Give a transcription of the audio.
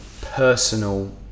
personal